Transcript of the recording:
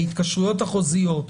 ההתקשרויות החוזיות,